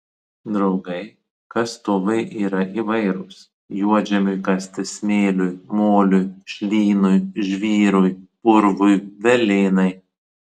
draugai kastuvai yra įvairūs juodžemiui kasti smėliui moliui šlynui žvyrui purvui velėnai